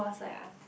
ya